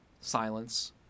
silence